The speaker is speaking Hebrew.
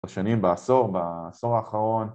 בשנים בעשור, בעשור האחרון.